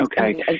Okay